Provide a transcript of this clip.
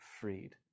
freed